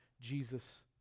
Jesus